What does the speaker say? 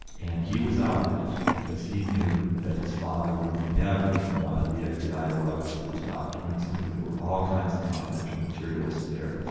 and he was outraged because he knew that his father would never have wanted the fbi to rummage through his documents, he knew there were all kinds of confidential materials there,